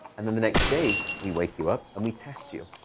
and then the next day, we wake you up, and we test you.